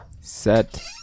set